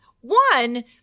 One